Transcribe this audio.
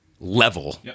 level